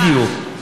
בדיוק.